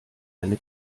eine